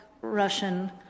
Russian